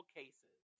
cases